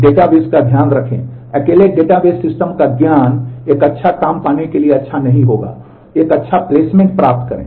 database का ध्यान रखें अकेले डेटाबेस सिस्टम का ज्ञान एक अच्छा काम पाने के लिए अच्छा नहीं होगा एक अच्छा प्लेसमेंट प्राप्त करें